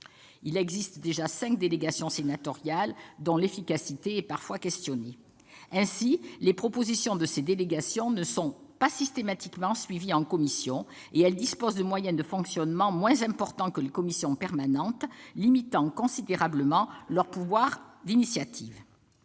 existe déjà cinq délégations sénatoriales, dont l'efficacité est parfois questionnée. Ainsi, les propositions de ces délégations ne sont pas systématiquement suivies en commission, et elles disposent de moyens de fonctionnement moins importants que les commissions permanentes, limitant considérablement leur pouvoir d'initiative.